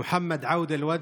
מוחמד עאווד אל-וודג'